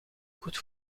goed